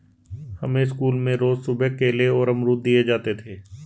हमें स्कूल में रोज सुबह केले और अमरुद दिए जाते थे